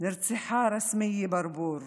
נרצחה רסמיה ברבור